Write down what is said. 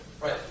Right